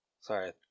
sorry